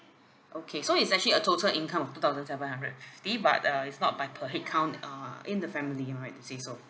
okay so it's actually a total income of two thousand seven hundred and fifty but uh it's not by per head count err in the family right to say so